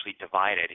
divided